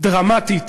דרמטית